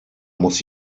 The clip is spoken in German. muss